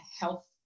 health